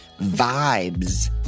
Vibes